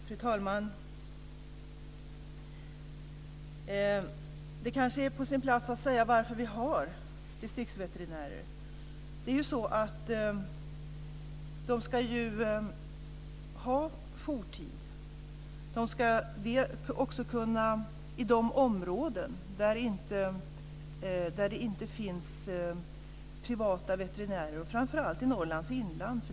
Fru talman! Det kanske är på sin plats att säga varför vi har distriktsveterinärer. De ska ha jourtid också i de områden där det inte finns privata veterinärer. Det gäller framför allt i Norrlands inland.